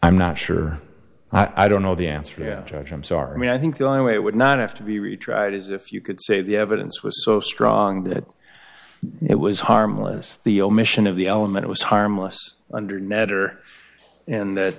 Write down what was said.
i'm not sure i don't know the answer judge i'm sorry i think though it would not have to be retried is if you could say the evidence was so strong that it was harmless the omission of the element was harmless under netter and that